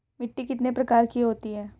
मिट्टी कितने प्रकार की होती हैं?